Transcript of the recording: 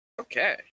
okay